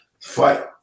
fight